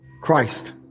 Christ